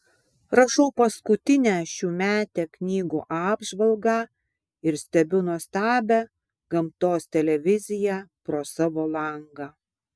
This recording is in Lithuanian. rašau paskutinę šiųmetę knygų apžvalgą ir stebiu nuostabią gamtos televiziją pro savo langą